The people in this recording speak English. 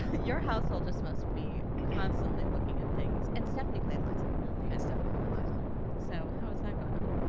your house whole just must be constantly looking at things. and stephanie played liza minnelli. and stephanie played liza as well so, how is that going on?